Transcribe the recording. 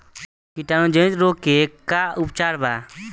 कीटाणु जनित रोग के का उपचार बा?